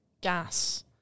gas